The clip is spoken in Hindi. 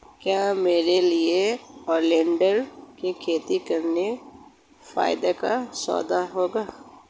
क्या मेरे लिए ओलियंडर की खेती करना फायदे का सौदा होगा?